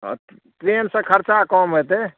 ट्रेनसे खरचा कम हेतै